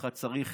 אחד צריך